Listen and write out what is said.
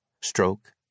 stroke